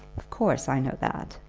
of course, i know that.